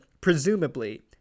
presumably